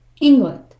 England